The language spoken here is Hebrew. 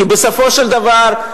כי בסופו של דבר,